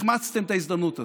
החמצתם את ההזדמנות הזאת.